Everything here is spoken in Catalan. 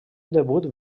debut